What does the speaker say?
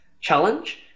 challenge